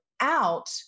out